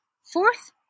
fourth